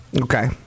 okay